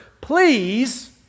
please